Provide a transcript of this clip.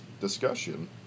discussion